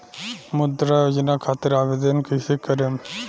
मुद्रा योजना खातिर आवेदन कईसे करेम?